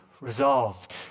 resolved